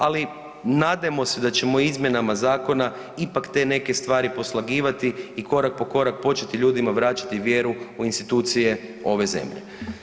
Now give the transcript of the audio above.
Ali nadajmo se da ćemo izmjenama zakona ipak te neke stvari poslagivati i korak po korak početi ljudima vraćati vjeru u institucije ove zemlje.